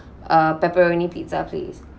uh pepperoni pizza please